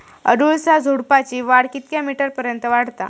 अडुळसा झुडूपाची वाढ कितक्या मीटर पर्यंत वाढता?